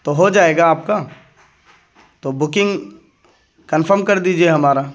تو ہو جائے گا آپ کا تو بکنگ کنفرم کر دیجیے ہمارا